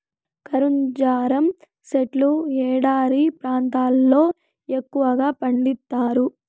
ఖర్జూరం సెట్లు ఎడారి ప్రాంతాల్లో ఎక్కువగా పండిత్తారు